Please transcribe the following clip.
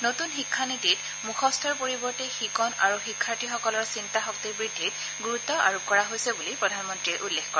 নতুন শিক্ষা নীতিত মুখস্থৰ পৰিৱৰ্তে শিকণ আৰু শিক্ষাৰ্থীসকলৰ চিন্তাশক্তি বৃদ্ধিত গুৰুত্ব আৰোপ কৰা হৈছে বুলি প্ৰধানমন্ত্ৰীয়ে উল্লেখ কৰে